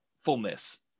fullness